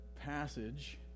passage